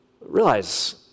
realize